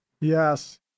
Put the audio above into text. Yes